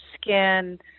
skin